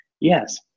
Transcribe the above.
Yes